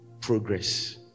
progress